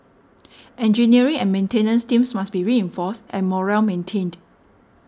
engineering and maintenance teams must be reinforced and morale maintained